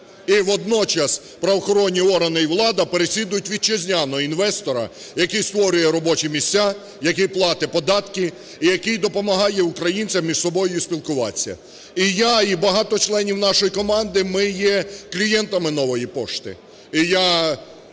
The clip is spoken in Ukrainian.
і водночас правоохоронні органи і влада переслідують вітчизняного інвестора, який створює робочі місця, який платить податки і який допомагає українцям між собою спілкуватися. І я, і багато членів нашої команди – ми є клієнтами "Нової пошти".